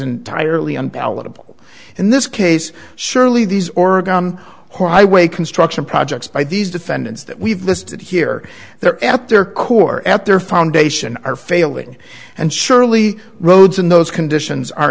entirely unpalatable in this case surely these oregon or highway construction projects by these defendants that we've listed here they're at their core at their foundation are failing and surely roads in those conditions are